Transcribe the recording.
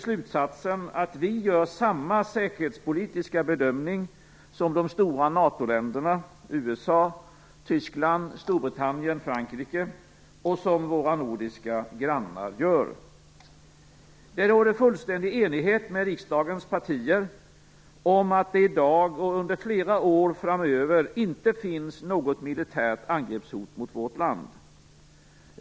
Slutsatsen är att vi gör samma säkerhetspolitiska bedömning som de stora NATO länderna USA, Tyskland, Storbritannien och Frankrike och som våra nordiska grannar. Det råder fullständig enighet med riksdagens partier om att det i dag och under flera år framöver inte finns något militärt angreppshot mot vårt land.